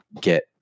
get